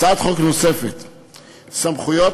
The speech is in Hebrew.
הצעת חוק נוספת היא הצעת חוק סמכויות